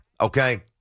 okay